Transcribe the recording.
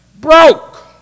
broke